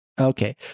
okay